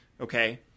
Okay